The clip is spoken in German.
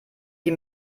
die